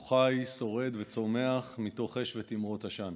הוא חי, שורד וצומח מתוך אש ותימרות עשן